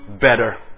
better